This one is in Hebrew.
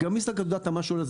גם ישראכרט או כאל יודעות או מקס.